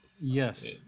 yes